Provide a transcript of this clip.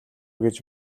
гэж